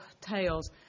tales